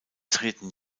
treten